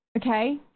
Okay